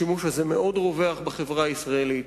השימוש הזה מאוד רווח בחברה הישראלית,